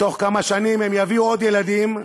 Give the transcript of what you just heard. בתוך כמה שנים הם יביאו עוד ילדים,